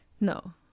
No